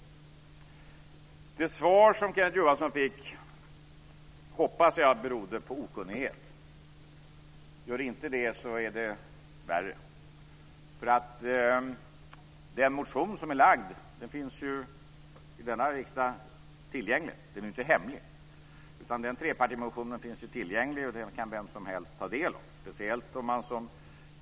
Det svar som Kenneth Johansson fick hoppas jag berodde på okunnighet. Gör det inte det är det värre. Den motion som väckts finns tillgänglig i denna riksdag. Den är inte hemlig. Den trepartimotionen finns tillgänglig och vem som helst kan ta del av den.